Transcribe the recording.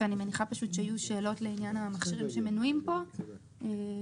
אני מניחה שיהיו שאלות לעניין המכשירים שמנויים פה -- אני